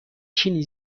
چینی